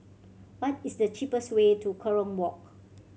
what is the cheapest way to Kerong Walk